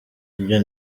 ibyo